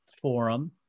forum